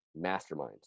masterminds